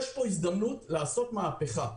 יש פה הזדמנות לעשות מהפכה.